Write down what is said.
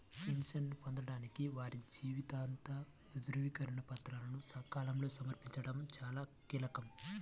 పెన్షన్ను పొందడానికి వారి జీవిత ధృవీకరణ పత్రాలను సకాలంలో సమర్పించడం చాలా కీలకం